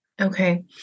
okay